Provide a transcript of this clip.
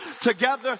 together